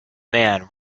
man